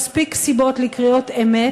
מספיק סיבות לקריאות אמת,